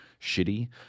shitty